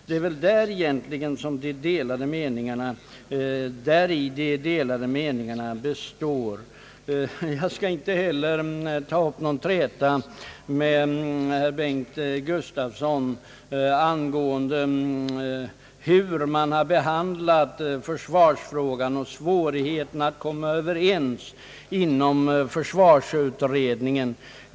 Det är väl därvidlag som det råder delade meningar. Jag skall inte heller ta upp någon träta med herr Bengt Gustavsson om försvarsfrågans behandling och svårigheterna att komma överens inom försvarsutredningen.